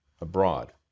abroad